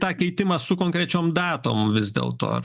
tą keitimą su konkrečiom datom vis dėlto ar